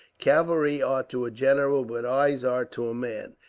cavalry are to a general what eyes are to a man,